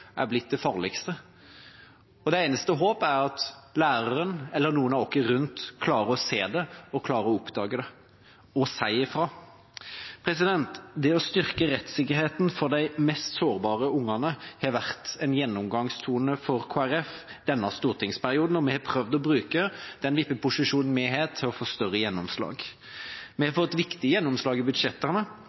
er blitt det farligste. Deres eneste håp er at læreren eller noen rundt dem klarer å se og oppdage det og sier ifra. Det å styrke rettssikkerheten for de mest sårbare ungene har vært en gjennomgangsmelodi for Kristelig Folkeparti denne stortingsperioden, og vi har prøvd å bruke den vippeposisjonen vi har, til å få større gjennomslag. Vi har fått viktige gjennomslag i budsjettene.